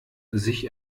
sich